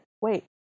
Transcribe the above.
wait